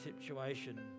situation